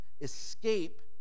escape